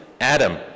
Adam